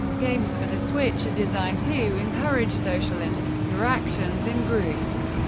games for the switch are designed to encourage social and interactions in groups,